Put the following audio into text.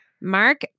Mark